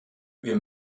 wir